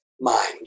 mind